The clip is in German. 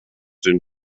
den